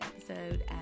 episode